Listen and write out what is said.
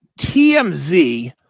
TMZ